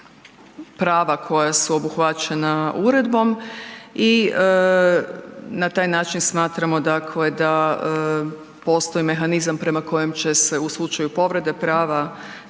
prava koja su obuhvaćena uredbom i na taj način smatramo da postoji mehanizam prema kojem će se u slučaju povrede prava